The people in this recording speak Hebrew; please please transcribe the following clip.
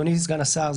אדוני סגן השר,